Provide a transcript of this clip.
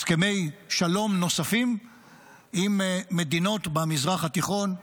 הסכמי שלום נוספים עם מדינות במזרח התיכון,